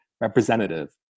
representative